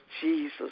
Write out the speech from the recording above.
Jesus